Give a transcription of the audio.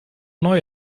neue